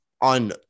on